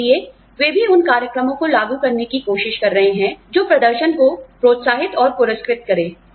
इसलिए वे भी उन कार्यक्रमों को लागू करने की कोशिश कर रहे हैं जो प्रदर्शन को प्रोत्साहित और पुरस्कृत करते हैं